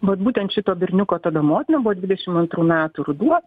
vat būtent šito berniuko tada motina buvo dvidešim antrų metų ruduo